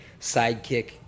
sidekick